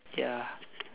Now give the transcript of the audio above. ya